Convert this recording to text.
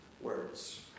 words